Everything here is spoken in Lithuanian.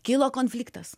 kilo konfliktas